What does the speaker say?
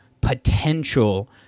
potential